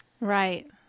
right